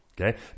okay